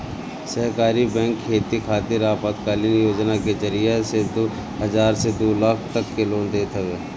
सहकारी बैंक खेती खातिर अल्पकालीन योजना के जरिया से दू हजार से दू लाख तक के लोन देत हवे